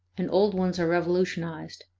and old ones are revolutionized.